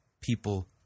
people